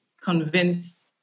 convince